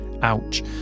ouch